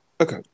Okay